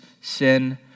sin